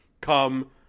come